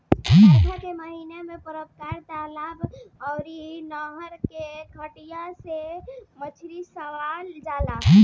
बरखा के महिना में पोखरा, तलाब अउरी नहर में कटिया से मछरी फसावल जाला